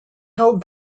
held